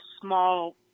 small